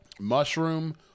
Mushroom